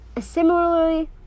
similarly